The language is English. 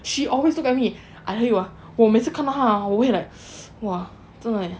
she always look at me I tell you ah 我每次看到他我会 like 真的 leh